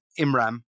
Imram